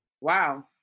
Wow